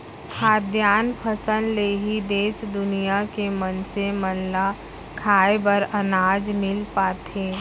खाद्यान फसल ले ही देस दुनिया के मनसे मन ल खाए बर अनाज मिल पाथे